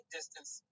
distance